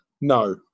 No